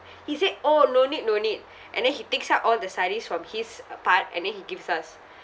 he said orh no need no need and then he takes out all the sarees from his uh part and then he gives us